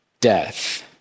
death